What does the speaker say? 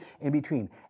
in-between